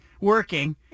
working